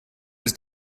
his